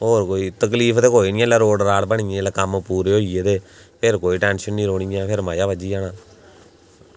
ते तकलीफ कोई निं ऐ जेल्लै रोड़ बनी गे फिर कोई टेंशन निं रौह्नी ऐ फिर मज़ा बज्झी जाना ऐ